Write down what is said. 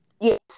yes